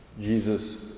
Jesus